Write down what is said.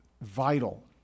vital